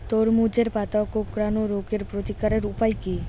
তরমুজের পাতা কোঁকড়ানো রোগের প্রতিকারের উপায় কী?